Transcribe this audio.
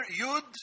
Yud